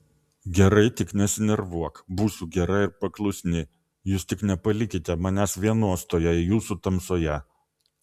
gerai tik nesinervuok būsiu gera ir paklusni jūs tik nepalikite manęs vienos toje jūsų tamsoje